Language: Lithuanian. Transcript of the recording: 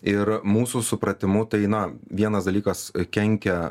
ir mūsų supratimu tai na vienas dalykas kenkia